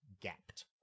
gapped